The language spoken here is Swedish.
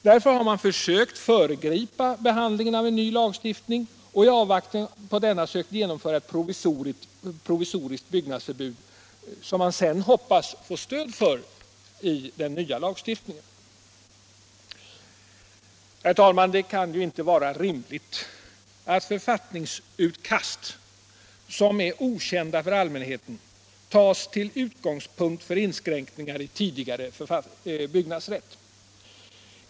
Därför har man försökt föregripa behandlingen av en ny lagstiftning och i avvaktan på denna sökt genomföra ett provisoriskt byggnadsförbud som man sedan hoppas få stöd för i den nya lagstiftningen. Herr talman! Det kan ju inte vara rimligt att författningsutkast, som är okända för allmänheten, tas till utgångspunkt för inskränkningar i tidigare byggnadsrätt.